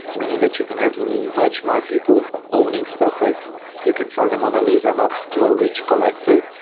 meaning that you can have much more people owning stuff, like you can sell the mona lisa not to a rich collector,